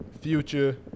Future